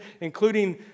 including